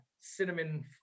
cinnamon